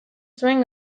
zuen